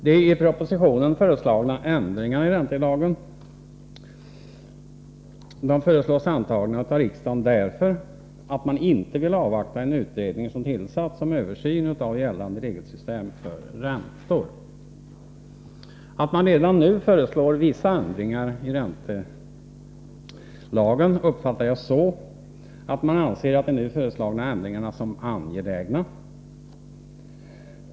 De i propositionen föreslagna ändringarna i räntelagen föreslås antagna av riksdagen, därför att man inte vill avvakta en tillsatt utredning om översyn av gällande regelsystem för räntor. Att man redan nu föreslår vissa ändringar i räntelagen uppfattar jag så, att man anser de nu föreslagna ändringarna angelägna.